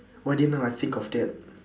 why didn't I think of that